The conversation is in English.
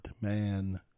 man